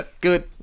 Good